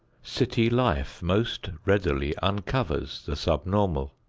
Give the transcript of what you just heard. city life most readily uncovers the sub-normal.